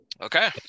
Okay